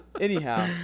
Anyhow